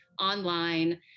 online